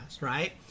right